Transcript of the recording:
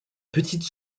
petite